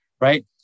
right